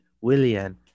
Willian